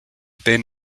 been